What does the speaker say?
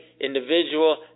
individual